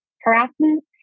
harassment